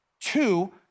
Two